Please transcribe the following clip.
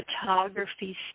photography